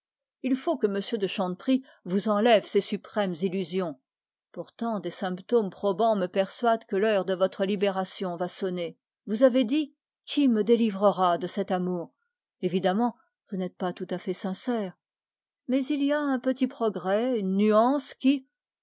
il faut que votre amant vous enlève ces suprêmes illusions pourtant des symptômes probants me persuadent que l'heure de votre libération va sonner vous avez dit qui me délivrera de cet amour vous n'êtes pas tout à fait sincère mais il y a un petit progrès une nuance qui